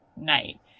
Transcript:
night